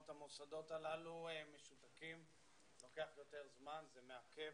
המוסדות הללו משותקים כך שלוקח יותר זמן וזה מעכב.